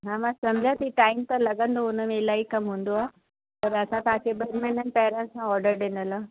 हा मां सम्झां थी टाइम त लॻंदो हुन में इलाही कमु हूंदो आहे पर असां तव्हांखे ॿिनि महिननि पहिरियां सां ऑर्डर ॾिनलु आहे